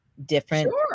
different